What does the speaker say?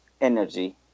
energy